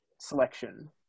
selection